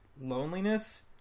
loneliness